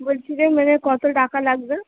বলছি যে মানে কত টাকা লাগবে